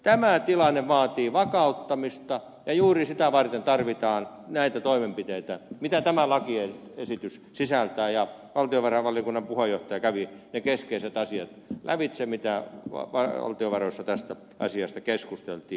tämä tilanne vaatii vakauttamista ja juuri sitä varten tarvitaan näitä toimenpiteitä mitä tämä lakiesitys sisältää ja valtiovarainvaliokunnan puheenjohtaja kävi ne keskeiset asiat lävitse mitä valtiovaroissa tästä asiasta keskusteltiin